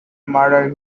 murder